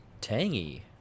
Tangy